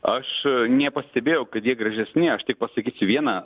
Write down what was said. aš nepastebėjau kad jie gražesni aš tik pasakysiu vieną